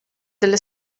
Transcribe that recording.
delle